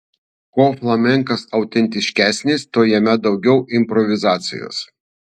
kuo flamenkas autentiškesnis tuo jame daugiau improvizacijos